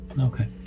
Okay